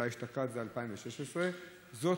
ואשתקד זה 2016. זאת,